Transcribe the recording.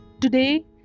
Today